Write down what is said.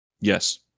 Yes